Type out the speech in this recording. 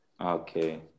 Okay